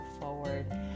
forward